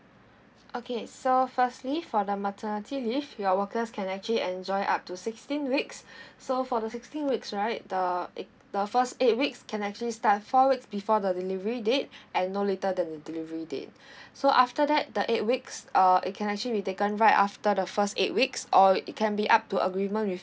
okay so firstly for the maternity leave your workers can actually enjoy up to sixteen weeks so for the sixteen weeks right the eight the first eight weeks can actually start four weeks before the delivery date and no later than the delivery date so after that the eight weeks uh it can actually be taken right after the first eight weeks or it can be up to agreement with